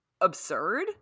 absurd